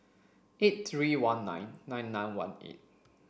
eight three one nine nine nine one eight